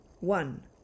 One